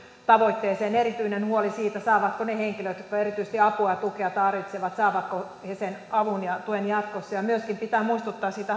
tavoitteeseen erityinen huoli on siitä saavatko ne henkilöt jotka erityisesti apua ja tukea tarvitsevat sen avun ja tuen jatkossa myöskin pitää muistuttaa siitä